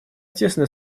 тесное